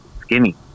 skinny